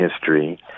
history